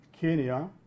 Kenya